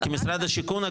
כי משרד השיכון,